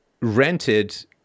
rented